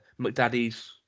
McDaddy's